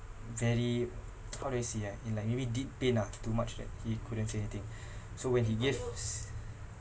very how do I say ah in like maybe deep pain ah too much that he couldn't say anything so when he gave